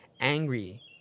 angry